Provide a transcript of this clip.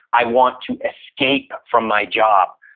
i want to escape from my job.